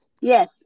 Yes